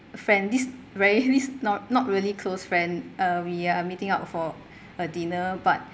friend this very this not not really close friend uh we uh meet out for uh dinner but